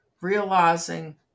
realizing